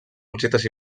objectes